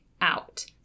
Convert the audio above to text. out